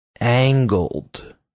angled